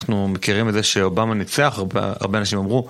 אנחנו מכירים את זה שאובמה ניצח, הרבה אנשים אמרו.